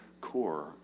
core